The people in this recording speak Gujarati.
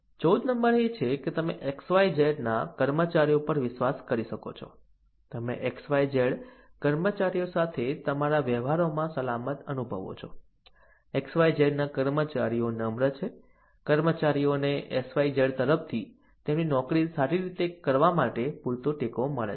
14 નંબર એ છે કે તમે XYZ ના કર્મચારીઓ પર વિશ્વાસ કરી શકો છો તમે XYZ કર્મચારીઓ સાથે તમારા વ્યવહારોમાં સલામત અનુભવો છો XYZ ના કર્મચારીઓ નમ્ર છે કર્મચારીઓને XYZ તરફથી તેમની નોકરી સારી રીતે કરવા માટે પૂરતો ટેકો મળે છે